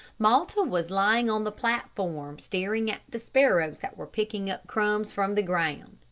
malta was lying on the platform, staring at the sparrows that were picking up crumbs from the ground.